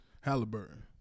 Halliburton